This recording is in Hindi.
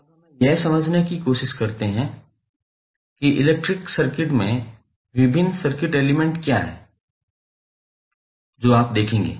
अब हम यह समझने की कोशिश करते हैं कि इलेक्ट्रिक सर्किट में विभिन्न सर्किट एलिमेंट क्या हैं जो आप देखेंगे